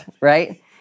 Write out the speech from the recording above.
right